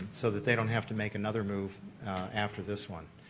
so that they don't have to make another move after this one.